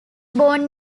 born